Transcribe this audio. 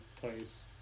place